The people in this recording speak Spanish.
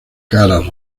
caras